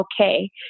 okay